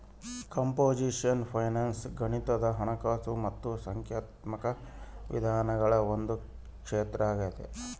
computational finance ಗಣಿತದ ಹಣಕಾಸು ಮತ್ತು ಸಂಖ್ಯಾತ್ಮಕ ವಿಧಾನಗಳ ಒಂದು ಕ್ಷೇತ್ರ ಆಗೈತೆ